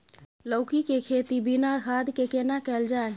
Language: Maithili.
लौकी के खेती बिना खाद के केना कैल जाय?